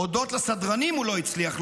הודות לסדרנים הוא לא הצליח,